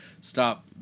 stop